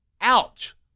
ouch